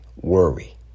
worry